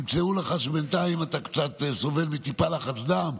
ימצאו לך שבינתיים אתה קצת סובל מטיפה לחץ דם,